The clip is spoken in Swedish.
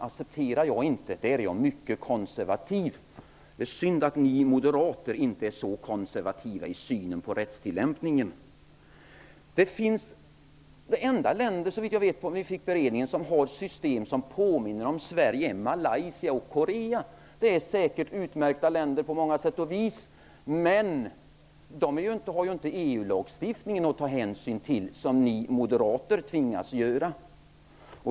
Det är synd att ni moderater inte är lika konservativa i synen på rättstillämpningen. De enda länder som såvitt jag vet har system som påminner om det föreslagna är Malaysia och Sydkorea. Det är säkert på många sätt utmärkta länder, men de har inte EU-lagstiftningen att ta hänsyn till, vilket ni moderater tvingas göra.